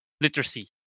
literacy